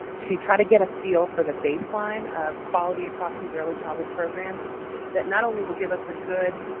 to try to get a feel for the baseline of quality across these early childhood programs that not only will give us a good